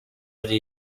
ari